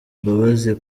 mbabazi